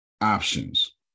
options